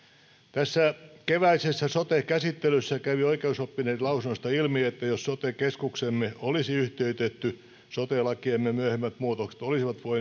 tässä keväisessä sote käsittelyssä kävi oikeusoppineiden lausunnoista ilmi että jos sote keskuksemme olisi yhtiöitetty sote lakiemme myöhemmät muutokset olisivat voineet